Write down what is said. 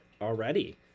already